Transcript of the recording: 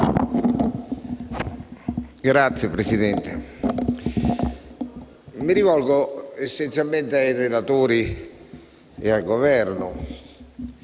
Signora Presidente, mi rivolgo essenzialmente ai relatori e al Governo,